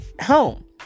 home